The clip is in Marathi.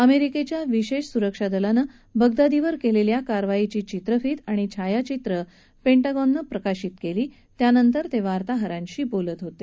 अमेरिकेच्या विशेष स्रक्षा दलानं बगदादीवर केलेल्या कारवाईची चित्रफित आणिछायाचित्र पेंटगॉननं प्रकाशित केली त्यानंतर ते वार्ताहरांशी बोलत होते